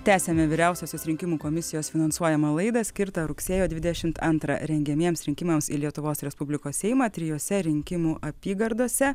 tęsiame vyriausiosios rinkimų komisijos finansuojamą laidą skirtą rugsėjo dvidešimt antrą rengiamiems rinkimams į lietuvos respublikos seimą trijose rinkimų apygardose